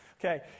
Okay